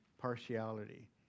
partiality